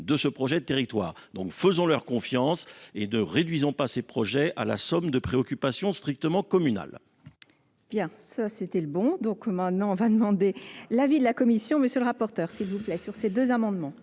de ce projet de territoire donc faisons leur confiance et nee réduisons pas ses projets à la somme de préoccupations strictement communales